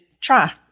try